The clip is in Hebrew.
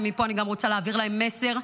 ומפה אני גם רוצה להעביר להם מסר: